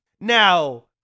now